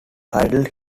title